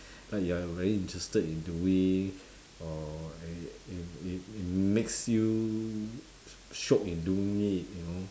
like you are very interested in doing or and it it it makes you shiok in doing it you know